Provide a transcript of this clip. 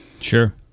Sure